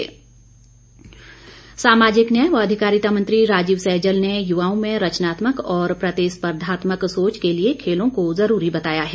सहजल सामाजिक न्याय व अधिकारिता मंत्री राजीव सहजल ने युवाओं में रचनात्मक और प्रतिस्पर्धात्मक सोच के लिए खेलों को जरूरी बताया है